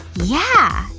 yeah.